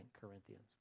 Corinthians